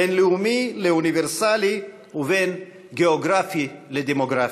בין לאומי לאוניברסלי ובין גיאוגרפי לדמוגרפי.